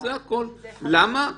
למה?